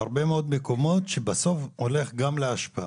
בהרבה מאוד מקומות שבסוף הולך לאשפה.